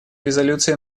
резолюции